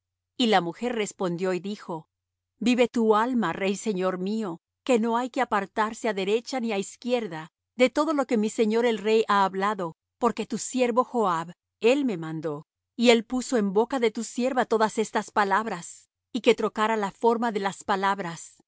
y la mujer respondió y dijo vive tu alma rey señor mío que no hay que apartarse á derecha ni á izquierda de todo lo que mi señor el rey ha hablado porque tu siervo joab él me mandó y él puso en boca de tu sierva todas estas palabras y que trocara la forma de las palabras